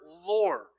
Lord